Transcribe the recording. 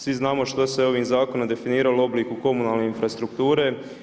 Svi znamo što se ovim zakonom definiralo u obliku komunalne infrastrukture.